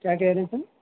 کیا کہہ رہے ہیں سر